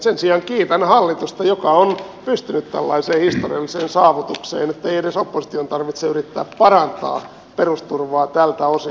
sen sijaan kiitän hallitusta joka on pystynyt tällaiseen historialliseen saavutukseen ettei edes opposition tarvitse yrittää parantaa perusturvaa tältä osin